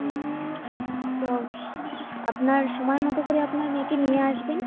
ও তো আপনার সময় মতো করে আপনার মেয়েকে নিয়ে আসবেন